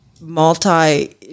multi